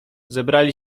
zebrali